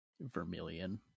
Vermilion